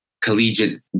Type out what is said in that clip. collegiate